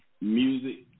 music